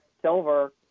silver